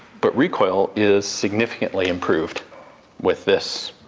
but recoil is significantly improved with this,